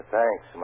Thanks